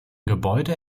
gebäude